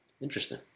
Interesting